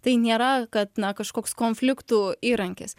tai nėra kad na kažkoks konfliktų įrankis